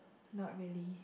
not really